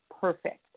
perfect